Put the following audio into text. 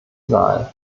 saal